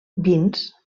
vins